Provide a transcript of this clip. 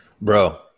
bro